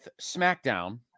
SmackDown